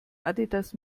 adidas